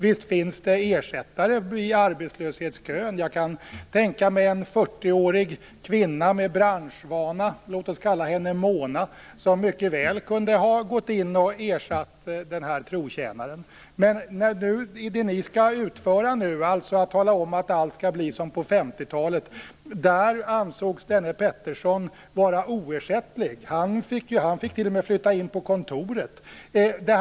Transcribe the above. Visst finns det ersättare i arbetslöshetskön. Jag kan tänka mig en 40-årig kvinna med branschvana - låt oss kalla henne Mona - som mycket väl kunde ha gått in och ersatt denna trotjänare. Men när det gäller det som ni nu skall utföra, att tala om att allt skall bli som på 50-talet, anses denne Peterson vara oersättlig. Han fick t.o.m. flytta in på statsministerns kontor.